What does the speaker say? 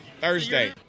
Thursday